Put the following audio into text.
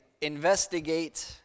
investigate